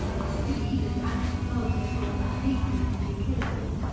the seed and act of planting are about equal in the two cases.